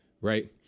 right